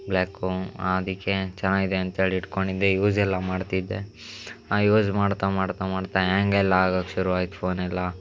black ಅದಕ್ಕೆ ಚೆನ್ನಾಗಿದೆ ಅಂತ ಹೇಳಿ ಇಟ್ಟುಕೊಂಡಿದ್ದೆ ಯೂಸೆಲ್ಲ ಮಾಡ್ತಿದ್ದೆ ನಾನು ಯೂಸ್ ಮಾಡ್ತಾ ಮಾಡ್ತಾ ಮಾಡ್ತಾ ಹೇಗ್ ಎಲ್ಲ ಆಗಕ್ಕೆ ಶುರುವಾಯ್ತು ಫೋನೆಲ್ಲ